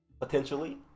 potentially